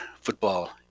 football